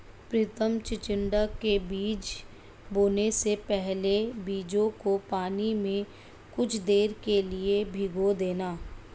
प्रितम चिचिण्डा के बीज बोने से पहले बीजों को पानी में कुछ देर के लिए भिगो देना